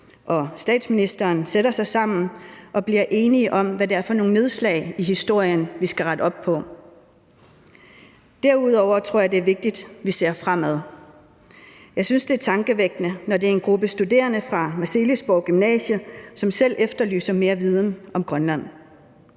og statsministeren sætter sig sammen og bliver enige om, hvad det er for nogle nedslag i historien, vi skal rette op på. Derudover tror jeg, det er vigtigt, at vi ser fremad. Jeg synes, det er tankevækkende, at det er en gruppe studerende fra Marselisborg Gymnasium, som efterlyser mere viden om Grønland.